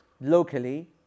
locally